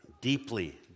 deeply